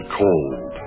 cold